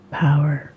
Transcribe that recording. power